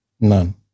None